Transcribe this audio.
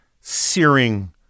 searing